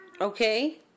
Okay